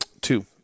Two